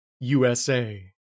USA